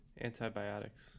Antibiotics